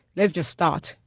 let's just start.